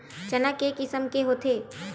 चना के किसम के होथे?